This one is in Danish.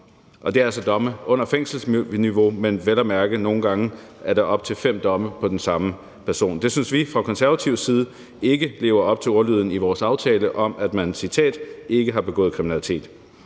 kr. Det er altså domme under fængselsniveau, men der er vel at mærke nogle gange op til fem domme på den samme person. Det synes vi fra konservativ side ikke lever op til ordlyden i vores aftale om, at man – citat – »ikke har begået kriminalitet«.